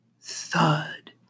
Thud